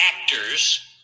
actors